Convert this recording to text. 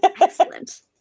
Excellent